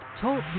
Talk